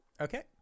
Okay